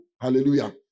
Hallelujah